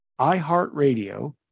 iHeartRadio